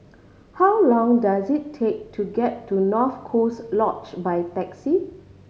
how long does it take to get to North Coast Lodge by taxi